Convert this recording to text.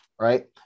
Right